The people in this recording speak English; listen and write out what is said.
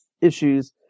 issues